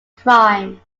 crime